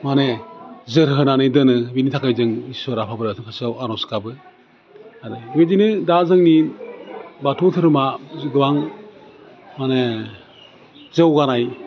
माने जोरहोनानै दोनो बिनि थाखाय जों इस्वरा आफा फारसे आर'ज गाबो आरो बिदिनो दा जोंनि बाथौ दोहोरोमा गोबां माने जौगानाय